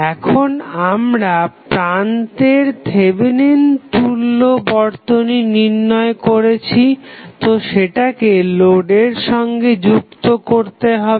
এখন আমরা প্রান্তের থেভেনিন তুল্য বর্তনী নির্ণয় করেছি তো সেটাকে লোডের সঙ্গে যুক্ত করতে হবে